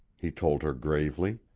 he told her gravely.